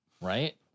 Right